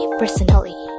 personally